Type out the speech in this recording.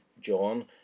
John